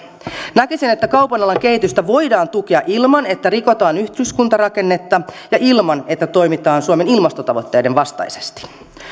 näkisin että kaupan alan kehitystä voidaan tukea ilman että rikotaan yhdyskuntarakennetta ja ilman että toimitaan suomen ilmastotavoitteiden vastaisesti